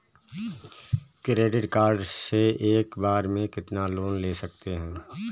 Credit card से एक बार में कितना लोन ले सकते हैं?